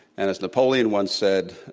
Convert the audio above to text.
and as napoleon once said,